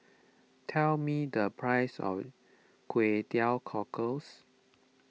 tell me the price of Kway Teow Cockles